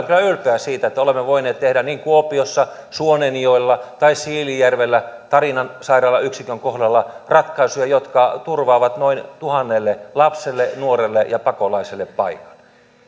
kyllä ylpeä siitä että olemme voineet tehdä niin kuopiossa suonenjoella kuin siilinjärvellä tarinan sairaalan yksikön kohdalla ratkaisuja jotka turvaavat noin tuhannelle lapselle nuorelle ja pakolaiselle paikan